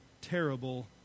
terrible